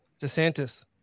DeSantis